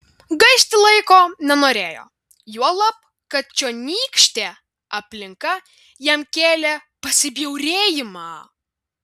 gaišti laiko nenorėjo juolab kad čionykštė aplinka jam kėlė pasibjaurėjimą